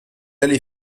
allait